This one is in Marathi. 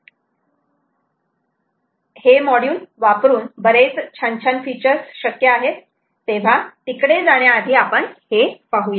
हे मॉड्यूल वापरून बरेच छान छान फीचर्स शक्य आहेत तेव्हा तिकडे जाण्याआधी आपण हे पाहुयात